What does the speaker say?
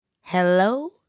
Hello